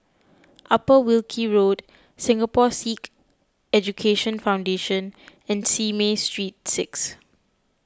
Upper Wilkie Road Singapore Sikh Education Foundation and Simei Street six